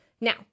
Now